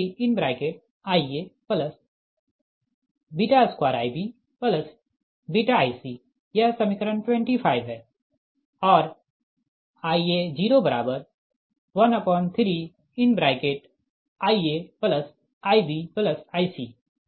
Ia213Ia2IbβIc यह समीकरण 25 है और Ia013IaIbIc